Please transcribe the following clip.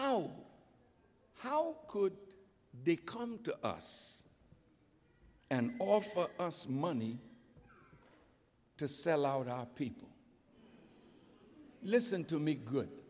how how could they come to us and offer us money to sell out our people listen to me good